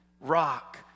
rock